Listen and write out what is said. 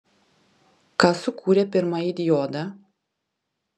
kas sukūrė pirmąjį diodą